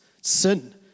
Sin